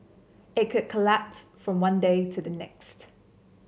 it could collapse from one day to the next